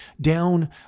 down